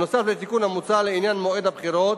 נוסף על התיקון המוצע לעניין מועד הבחירות,